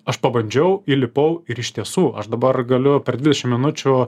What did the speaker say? aš pabandžiau įlipau ir iš tiesų aš dabar galiu per dvidešim minučių